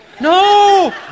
No